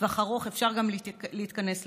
טווח ארוך, אפשר גם להתכנס לזה,